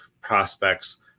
prospects